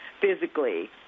physically